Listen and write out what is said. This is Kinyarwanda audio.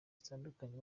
zitandukanye